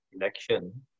election